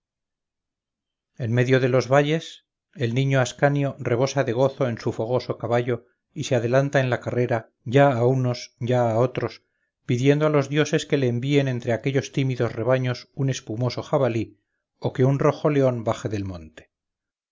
en medio de los valles el niño ascanio rebosa de gozo en su fogoso caballo y se adelanta en la carrera ya a unos ya a otros pidiendo a los dioses que le envíen entre aquellos tímidos rebaños un espumoso jabalí o que un rojo león baje del monte